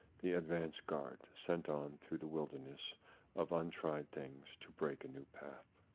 the advance guard, sent on through the wilderness of untried things, to break a new path.